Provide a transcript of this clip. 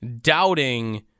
doubting